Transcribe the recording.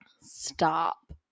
stop